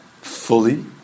fully